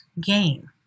gain